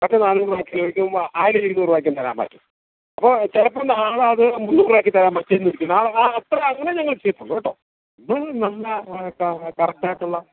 വറ്റ കിലോയ്ക്കും ആയിരത്തി ഇരുന്നൂറ രൂപയ്ക്കും തരാൻ പറ്റും അപ്പോ ചിലപ്പോള് നാളെയതു മുന്നൂറാക്കിത്തരാൻ പറ്റിയെന്നിരിക്കും നാളെ അത്ര അങ്ങനെ ഞങ്ങൾ ട്ടുണ്ട് കേട്ടോ ഇതു നല്ല കറക്റ്റായിട്ടുള്ള